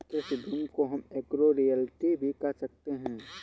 कृषि भूमि को हम एग्रो रियल्टी भी कह सकते है